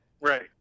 Right